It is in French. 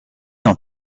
dans